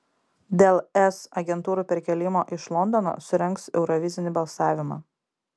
dėl es agentūrų perkėlimo iš londono surengs eurovizinį balsavimą